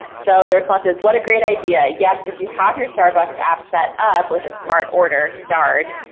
so the responses, what a great idea. yes, if you have your starbucks app set up with a smart order starred,